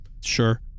sure